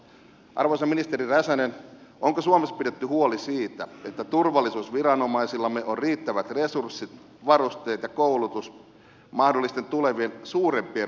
arvoisa ministeri räsänen onko suomessa pidetty huoli siitä että turvallisuusviranomaisillamme on riittävät resurssit varusteet ja koulutus mahdollisten tulevien suurempien mellakkatilanteiden varalta